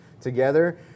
together